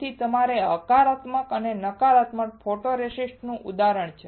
તેથી આ તમારા હકારાત્મક અને નકારાત્મક ફોટોરેસિસ્ટ નું ઉદાહરણ છે